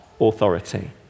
authority